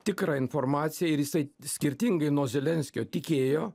tikrą informaciją ir jisai skirtingai nuo zelenskio tikėjo